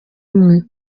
imwe